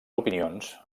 opinions